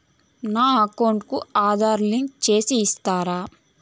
నా అకౌంట్ కు ఆధార్ లింకు సేసి ఇస్తారా?